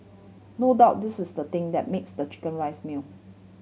no doubt this is the thing that makes the chicken rice meal